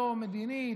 לא מדינית,